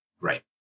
Right